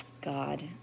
God